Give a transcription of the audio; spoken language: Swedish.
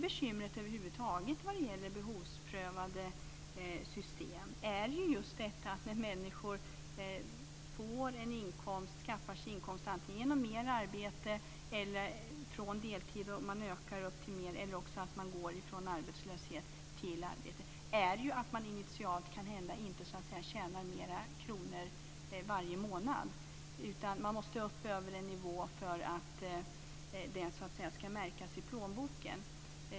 Bekymret över huvud taget när det gäller behovsprövade system är ju att när människor skaffar sig en inkomst, antingen genom att man t.ex. övergår från deltid till heltid eller från arbetslöshet till arbete, kan det hända att man initialt inte tjänar fler kronor varje månad. Man måste upp över en viss nivå för att det ska märkas i plånboken.